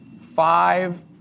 five